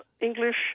English